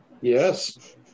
Yes